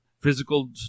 physical